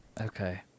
Okay